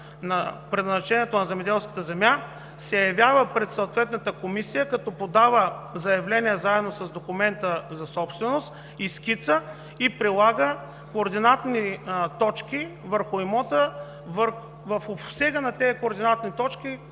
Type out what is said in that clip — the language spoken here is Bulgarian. на предназначението на земеделската земя, се явява пред съответната комисия, подава заявление, заедно с документа за собственост и скица, и прилага координатни точки върху имота – в обсега на тези координатни точки